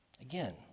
Again